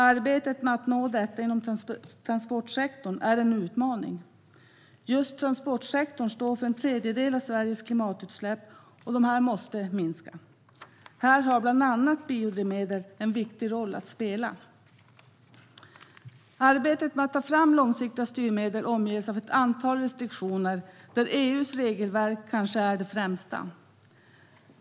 Arbetet med att nå detta inom transportsektorn är en utmaning. Just transportsektorn står för en tredjedel av Sveriges klimatutsläpp, och de måste minska. Här har bland annat biodrivmedel en viktig roll att spela. Arbetet med att ta fram långsiktiga styrmedel omges av ett antal restriktioner där EU:s regelverk kanske är det främsta.